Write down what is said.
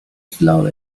slowly